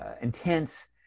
intense